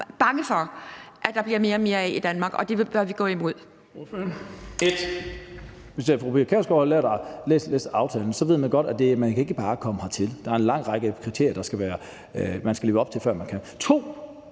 bange for at der bliver mere og mere af i Danmark, og det bør vi gå imod.